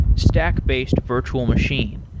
stack-based virtual machine.